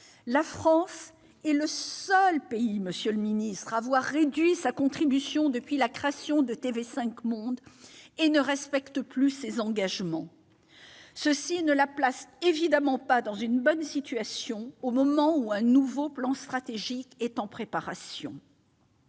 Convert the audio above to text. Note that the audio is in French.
La France est le seul pays à avoir réduit sa contribution depuis la création de TV5 Monde et ne respecte plus ses engagements. Cela ne la place pas dans une bonne situation au moment où un nouveau plan stratégique est en préparation.